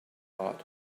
thought